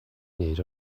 wneud